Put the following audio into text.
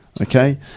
Okay